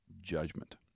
judgment